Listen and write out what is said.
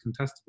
contestable